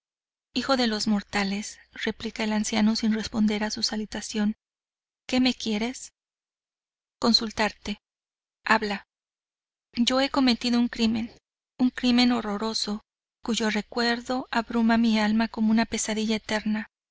hijo de los mortales replica el anciano sin responder a su salutación que me quieres consultarte habla yo he cometido un crimen un crimen horroroso cuyo recuerdo abruma mi alma como una pesadilla eterna